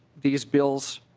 these bills